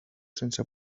sense